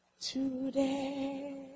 today